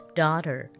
daughter